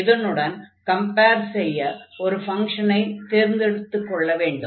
இதனுடன் கம்பேர் செய்ய ஒரு ஃபங்ஷனைத் தேர்ந்தெடுத்துக் கொள்ள வேண்டும்